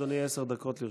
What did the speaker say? אדוני, עשר דקות לרשותך.